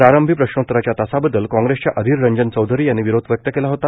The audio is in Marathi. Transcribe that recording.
प्रारंभी प्रश्नोतराच्या तासाबददल काँग्रेसच्या अधिर रंजन चौधरी यांनी विरोध व्यक्त केला होता